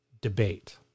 debate